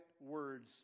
words